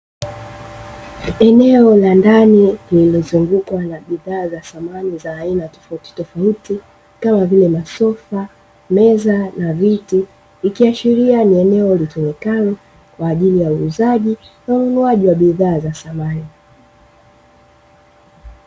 Eneo la ndani lililozunguka na bidhaa za samani za aina tofautitofauti kama vile masofa, meza na viti ikiashiria ni eneo litumikalo kwaajili ya uuzaji na ununuaji wa bidhaa za samani.